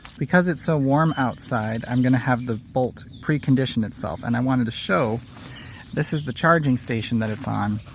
because it's so warm outside i'm gonna have the bolt precondition itself. and i wanted to show this is the charging station that it's on.